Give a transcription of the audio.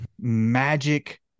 magic